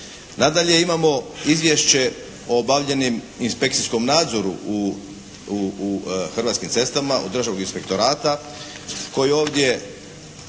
Nadalje, imamo izvješće o obavljenom inspekcijskom nadzoru u Hrvatskim cestama od Državnog inspektorata koji ovdje